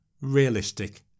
realistic